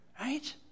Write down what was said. Right